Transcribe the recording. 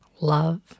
love